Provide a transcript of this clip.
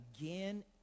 again